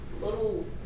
little